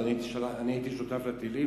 אני הייתי שותף לטילים,